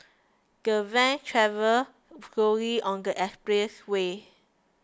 the van travelled slowly on the expressway